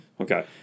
Okay